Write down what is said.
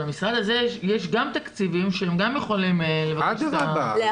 למשרד הזה יש גם תקציבים שהם גם יכולים לבקש את ה --- אדרבה.